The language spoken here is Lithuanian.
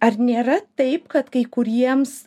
ar nėra taip kad kai kuriems